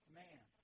man